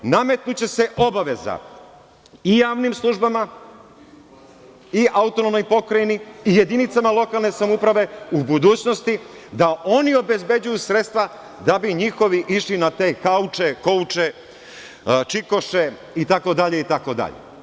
Nametnuće se obaveza i javnim službama i autonomnoj pokrajini i jedinicama lokalne samouprave u budućnosti, da oni obezbeđuju sredstva da bi njihovi išli na te kauče, kouče, čikoše, itd, itd.